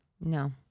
No